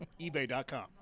eBay.com